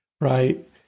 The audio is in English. Right